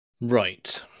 Right